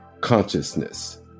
consciousness